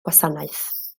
gwasanaeth